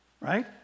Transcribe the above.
right